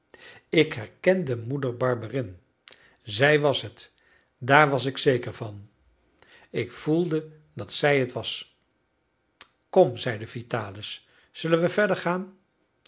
ik herkende moeder barberin zij was het daar was ik zeker van ik voelde dat zij het was kom zeide vitalis zullen we verder gaan